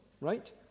right